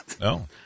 No